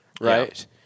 right